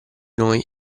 noi